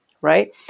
right